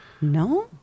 No